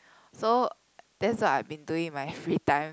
so that's what I've been doing in my free time